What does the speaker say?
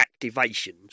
activations